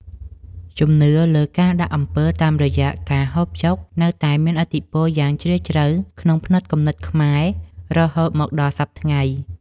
ជំនឿលើការដាក់អំពើតាមរយៈការហូបចុកនៅតែមានឥទ្ធិពលយ៉ាងជ្រាលជ្រៅក្នុងផ្នត់គំនិតខ្មែររហូតមកដល់សព្វថ្ងៃ។